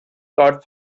caught